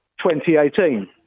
2018